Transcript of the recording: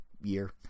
year